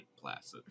Placid